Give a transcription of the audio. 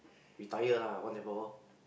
retire lah once and for all